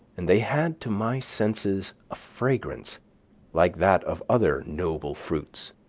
and they had to my senses a fragrance like that of other noble fruits,